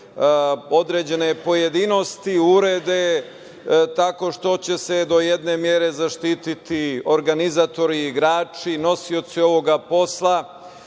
određene pojedinosti urede tako što će se do jedne mere zaštiti organizatori, igrači, nosioci ovoga posla